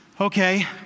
okay